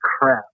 crap